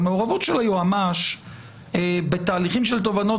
המעורבות של היועמ"ש בתהליכים של תובענות